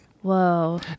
Whoa